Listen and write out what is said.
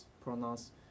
pronounce